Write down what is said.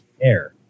air